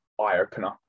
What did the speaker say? eye-opener